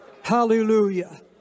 Hallelujah